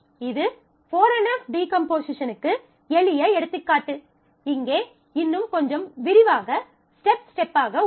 இது 4 NF டீகம்போசிஷனுக்கு எளிய எடுத்துக்காட்டு இங்கே இன்னும் கொஞ்சம் விரிவாக ஸ்டெப் ஸ்டெப்பாக உள்ளது